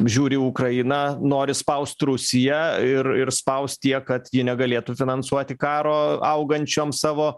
žiūri į ukrainą nori spaust rusiją ir ir spaust tiek kad ji negalėtų finansuoti karo augančiom savo